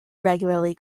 regularly